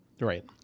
Right